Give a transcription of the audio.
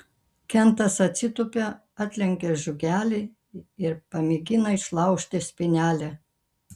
kentas atsitūpia atlenkia žiogelį ir pamėgina išlaužti spynelę